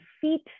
feet